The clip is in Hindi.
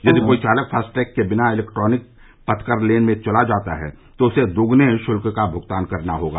यदि कोई चालक फास्टैग के बिना इलेक्ट्रॉनिक पथकर लेन में चला जाता है तो उसे दोगुने शुल्क का भुगतान करना होगा